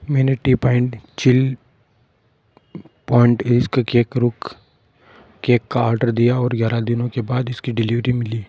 मैंने T point chill point इस्क cake रुक केक का आर्डर दिया और ग्यारह दिनों के बाद इसकी डिलीवरी मिली